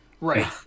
Right